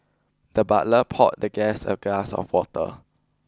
the butler poured the guest a glass of water